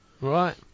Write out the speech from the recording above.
Right